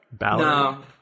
No